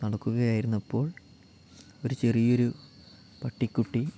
നടക്കുകയായിരുന്നപ്പോൾ ഒരു ചെറിയ ഒരു പട്ടിക്കുട്ടി